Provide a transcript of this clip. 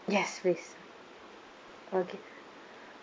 yes with okay